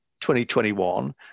2021